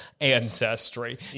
ancestry